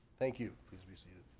thank you, please be seated